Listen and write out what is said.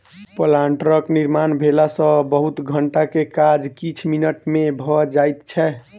प्लांटरक निर्माण भेला सॅ बहुत घंटा के काज किछ मिनट मे भ जाइत छै